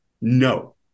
no